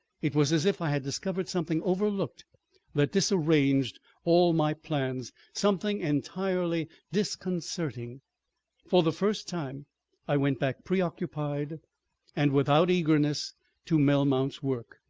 it was as if i had discovered something overlooked that disarranged all my plans, something entirely disconcerting for the first time i went back preoccupied and without eagerness to melmount's work.